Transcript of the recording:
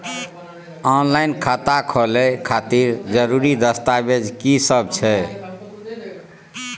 Online खाता खोले खातिर जरुरी दस्तावेज की सब छै?